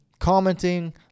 Commenting